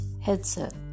headset